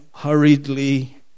Hurriedly